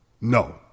No